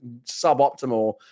suboptimal